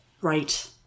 Right